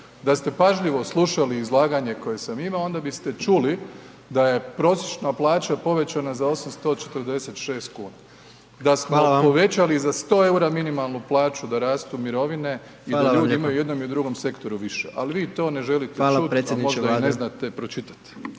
Da ste pažljivo slušali izlaganje koje sam imao onda biste čuli da je prosječna plaća povećana za 846 kuna, da smo …/Upadica: Hvala va./… povećali za 100 EUR-a minimalnu plaću da rastu mirovine i da ljudi imaju i u jednom i u drugom sektoru više, ali vi to …/Upadica: Hvala predsjedniče Vlade./…